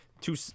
two